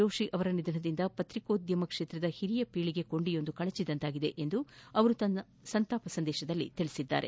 ಜೋಷಿ ಅವರ ನಿಧನದಿಂದ ಪತ್ರಿಕೋದ್ಯಮದ ಕ್ಷೇತ್ರದ ಹಿರಿಯ ಪೀಳಿಗೆ ಕೊಂಡಿಯೊಂದು ಕಳಜಿದಂತಾಗಿದೆ ಎಂದು ಅವರು ತಮ್ಮ ಸಂತಾಪ ಸಂದೇಶದಲ್ಲಿ ತಿಳಿಸಿದ್ದಾರೆ